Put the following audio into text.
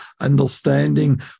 understanding